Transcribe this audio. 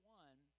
one